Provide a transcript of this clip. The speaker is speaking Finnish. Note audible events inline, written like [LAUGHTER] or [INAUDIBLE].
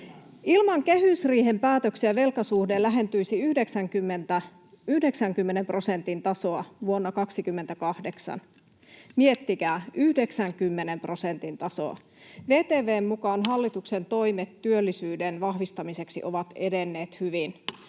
Ilman kehysriihen päätöksiä velkasuhde lähentyisi 90 prosentin tasoa vuonna 28. Miettikää, 90 prosentin tasoa. VTV:n mukaan hallituksen toimet [NOISE] työllisyyden vahvistamiseksi ovat edenneet hyvin.